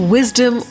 Wisdom